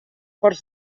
ports